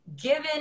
given